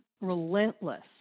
relentless